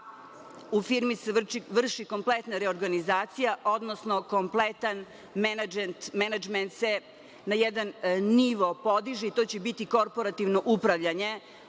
u firmi se vrši kompletna reorganizacija, odnosno kompletan menadžment se na jedan nivo podiže i to će biti korporativno upravljanje